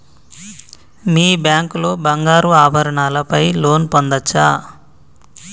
మీ bank లో బంగారు ఆభరణాల పై లోన్ పొందచ్చా?